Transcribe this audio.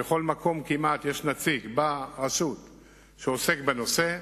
בכל מקום כמעט יש נציג ברשות שעוסק בנושא: